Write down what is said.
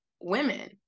women